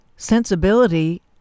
Sensibility